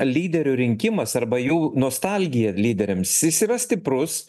lyderių rinkimas arba jų nostalgija lyderiams jis yra stiprus